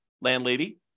landlady